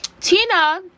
Tina